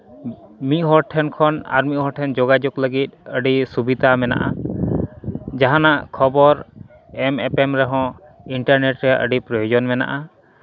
ᱢᱤᱫ ᱦᱚᱲ ᱴᱷᱮᱱ ᱠᱷᱚᱱ ᱟᱨ ᱢᱤᱫ ᱦᱚᱲ ᱴᱷᱮᱱ ᱡᱳᱜᱟᱡᱳᱜᱽ ᱞᱟᱹᱜᱤᱫ ᱟᱹᱰᱤ ᱥᱩᱵᱤᱫᱷᱟ ᱢᱮᱱᱟᱜᱼᱟ ᱡᱟᱦᱟᱱᱟᱜ ᱠᱷᱚᱵᱚᱨ ᱮᱢ ᱮᱯᱮᱢ ᱨᱮᱦᱚᱸ ᱤᱱᱴᱟᱨᱱᱮᱴ ᱨᱮᱭᱟᱜ ᱟᱹᱰᱤ ᱯᱨᱳᱭᱳᱡᱚᱱ ᱢᱮᱱᱟᱜᱼᱟ